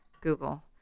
Google